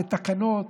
בתקנות.